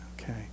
Okay